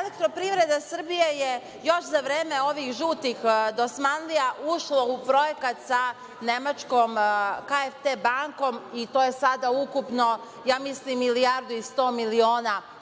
„Elektroprivreda Srbije“ je još za vreme ovih žutih dosmanlija, ušlo u projekat nemačkom KfW i to je sada ukupno, mislim milijardu i sto miliona